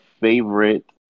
favorite